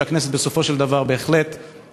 שחיה בערבה זה 33 שנים.